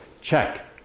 Check